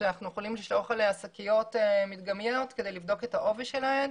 שאנחנו יכולים לשלוח אליה שקיות מדגמיות כדי לבדוק את העובי שלהן.